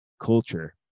culture